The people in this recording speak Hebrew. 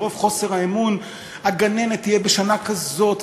מרוב חוסר האמון: הגננת תהיה בשנה כזאת,